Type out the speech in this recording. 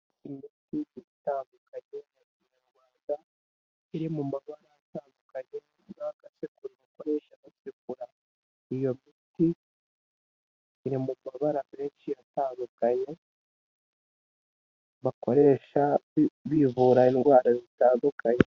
Imiti itandukanye ya kinyarwanda, iri mu mabara atandukanye, yubitseho agasekuru bakoresha basegura. Iyo miti, iri mu mabara menshi atandukanye, bakoresha bivura indwara zitandukanye.